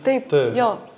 taip jo